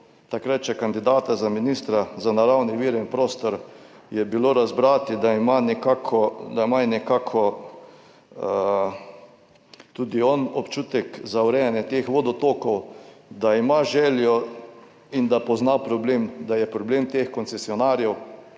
takrat še kandidata za ministra za naravne vire in prostor je bilo razbrati, da ima nekako tudi on občutek za urejanje teh vodotokov, da ima željo in da pozna problem, da je problem teh koncesionarjev